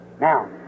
Now